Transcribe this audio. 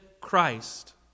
Christ